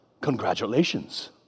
congratulations